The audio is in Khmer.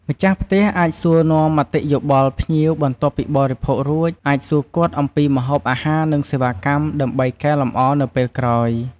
ម្ចាស់ផ្ទះអាចសួរនាំមតិយោបល់ភ្ញៀវបន្ទាប់ពីបរិភោគរួច អាចសួរគាត់អំពីម្ហូបអាហារ និងសេវាកម្ម ដើម្បីកែលម្អនៅពេលក្រោយ។